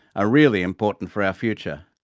are really important for our future.